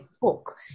book